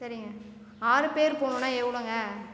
சரிங்க ஆறு பேர் போகணுன்னா எவ்வளோங்க